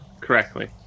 correctly